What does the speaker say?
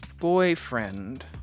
Boyfriend